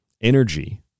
energy